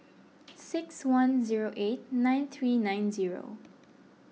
six one zero eight nine three nine zero